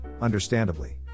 understandably